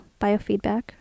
biofeedback